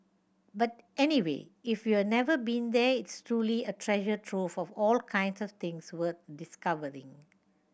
but anyway if you've never been there is truly a treasure trove of all kinds of things worth discovering